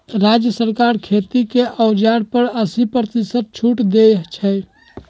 राज्य सरकार खेती के औजार पर अस्सी परतिशत छुट देई छई